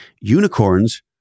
unicorns